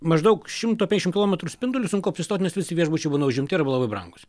maždaug šimto penkiasdešim kilometrų spinduliu sunku apsistot nes visi viešbučiai būna užimti arba labai brangūs